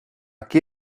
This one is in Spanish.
qué